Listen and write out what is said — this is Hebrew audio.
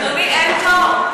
אדוני, אין תור.